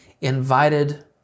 invited